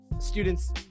students